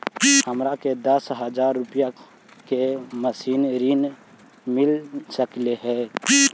हमरा के दस हजार रुपया के मासिक ऋण मिल सकली हे?